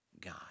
God